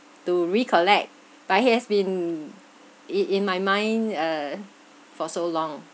to recollect but it has been in in my mind uh for so long